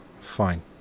Fine